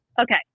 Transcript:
Okay